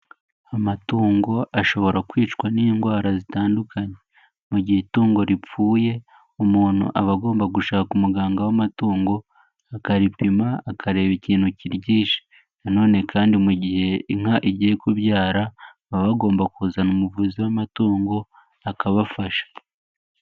Amatungo ashobora kwicwa n'indwara zitandukanye mu gihe itungo ripfuye umuntu aba agomba gushaka umuganga w'amatungo akaripima akareba ikintu kiryishe nanone kandi mu gihe inka igiye kubyara baba bagomba kuzana umuvuzi w'amatungo akabafasha.